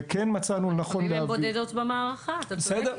וכן מצאנו לנכון להביא --- אבל לפעמים הן בודדות במערכה; אתה צודק.